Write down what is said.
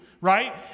right